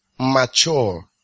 mature